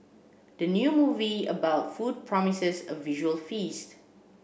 the new movie about food promises a visual feast